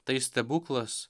tai stebuklas